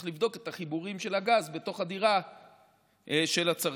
צריך לבדוק את החיבורים של הגז בתוך הדירה של הצרכן,